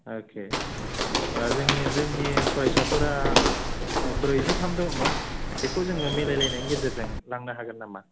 अखे जोंनि जोंनि फरायसाफोरा ब्रैजिथाम दंमोन बेखौ जोङो मिलाय लायनायनि गेजेरजों लांनो हागोन नामा